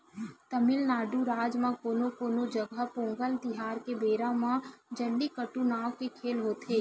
तमिलनाडू राज म कोनो कोनो जघा पोंगल तिहार के बेरा म जल्लीकट्टू नांव के खेल होथे